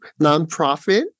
nonprofit